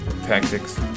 tactics